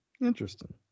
Interesting